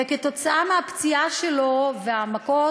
וכתוצאה מהפציעה שלו והמכות,